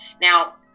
Now